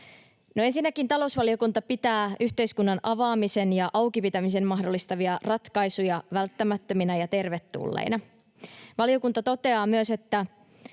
Ensinnäkin talousvaliokunta pitää yhteiskunnan avaamisen ja auki pitämisen mahdollistavia ratkaisuja välttämättöminä ja tervetulleina. Valiokunta toteaa myös, että